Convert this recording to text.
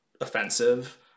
offensive